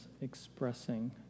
expressing